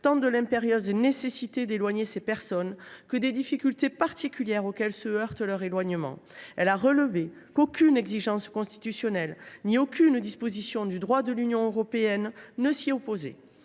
tant de l’impérieuse nécessité d’éloigner ces personnes que des difficultés particulières que pose leur éloignement. Elle a relevé qu’aucune exigence constitutionnelle ni aucune disposition du droit de l’Union européenne ne s’y opposait.